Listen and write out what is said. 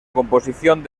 composición